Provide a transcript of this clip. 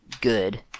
good